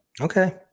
Okay